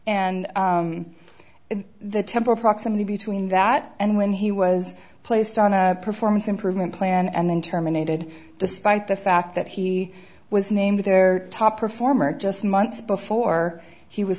and in the temple proximity between that and when he was placed on a performance improvement plan and then terminated despite the fact that he was named their top performer just months before he was